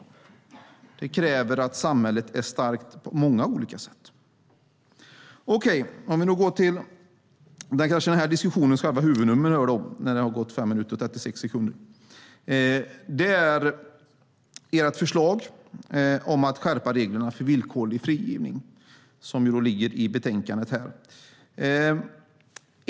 Det kräver att samhället är starkt på många olika sätt. Den här diskussionens huvudnummer är ert förslag om att skärpa reglerna för villkorlig frigivning som behandlas i betänkandet.